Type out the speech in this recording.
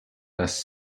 best